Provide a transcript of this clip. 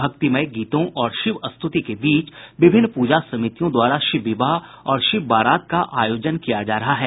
भक्तिमय गीतों और शिव स्तुति के बीच विभिन्न प्रजा समितियों द्वारा शिव विवाह और शिव बारात का आयोजन किया जा रहा है